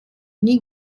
nie